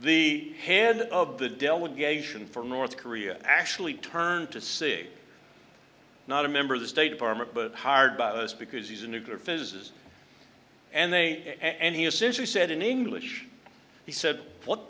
the hand of the delegation from north korea actually turned to see not a member of the state department but hired by those because he's a nuclear physicist and they and he has since he said in english he said what